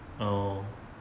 oh